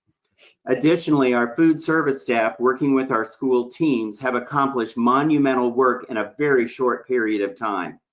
additionally, our food service staff, working with our school teams, have accomplished monumental work in a very short period of time.